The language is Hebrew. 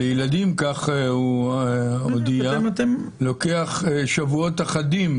לילדים כך הוא הודיע לוקח שבועות אחדים